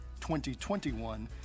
2021